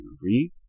read